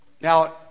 Now